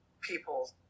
people